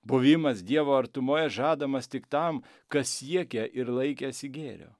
buvimas dievo artumoje žadamas tik tam kas siekę ir laikęsi gėrio